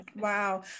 Wow